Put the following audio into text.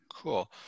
Cool